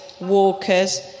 Walkers